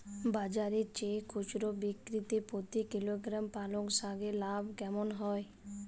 বাজারের চেয়ে খুচরো বিক্রিতে প্রতি কিলোগ্রাম পালং শাকে লাভ কেমন হয়?